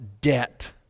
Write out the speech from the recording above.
debt